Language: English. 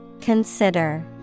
Consider